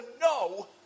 no